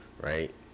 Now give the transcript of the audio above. right